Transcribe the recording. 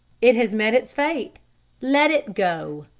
it has met its fate let it go!